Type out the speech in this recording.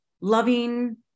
loving